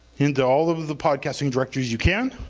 into all of of the podcasting directories you can